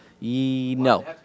No